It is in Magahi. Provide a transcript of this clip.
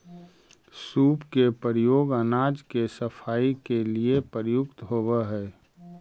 सूप के प्रयोग अनाज के सफाई के लिए प्रयुक्त होवऽ हई